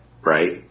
right